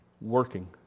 working